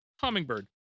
Hummingbird